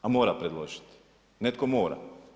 A mora predložiti, netko mora.